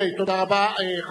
24 בעד, 42 נגד, ואין נמנעים.